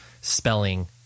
spelling